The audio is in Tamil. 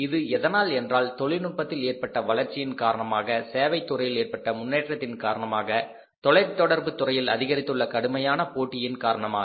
இது எதனால் என்றால் தொழில்நுட்பத்தில் ஏற்பட்ட வளர்ச்சியின் காரணமாக சேவைத் துறையில் ஏற்பட்ட முன்னேற்றத்தின் காரணமாக தொலைதொடர்பு துறையில் அதிகரித்துள்ள கடுமையான போட்டியின் காரணமாக